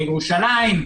לירושלים,